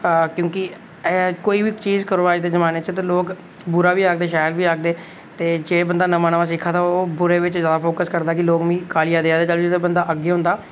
क्योंकि कोई बी चीज करो अज्ज दे जमाने च ते लोग बुरा बी आखदे शैल बी आखदे ते जे बंदा नमां नमां सिक्खै दा होग ते ओह् बुरे बिच जैदा सोचदा कि मिगी गालियां देआ दे ते तां गै आदमी अग्गें होंदा